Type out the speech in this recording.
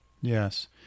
Yes